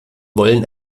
wollen